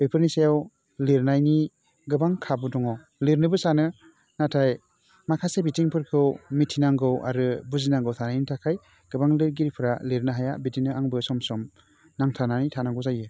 बेफोरनि सायाव लिरनायनि गोबां खाबु दङ लिरनोबो सानो नाथाय माखासे बिथिंफोरखौ मिथिनांगौ आरो बुजिनांगौ थानायनि थाखाय गोबां लिरगिरिफोरा लिरनो हाया बिदिनो आंबो सम सम नांथानानै थानांगौ जायो